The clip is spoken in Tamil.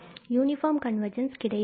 யூனிபார்ம் கன்வர்ஜென்ஸ் கிடையாது